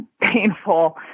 painful